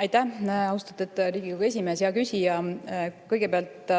Aitäh, austatud Riigikogu esimees! Hea küsija! Kõigepealt,